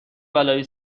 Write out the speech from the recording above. بلایی